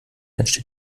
entsteht